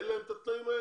אין להם את התנאים האלה?